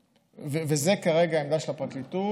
וזו כרגע העמדה של הפרקליטות.